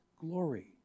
glory